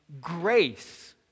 grace